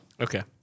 Okay